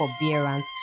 forbearance